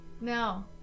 No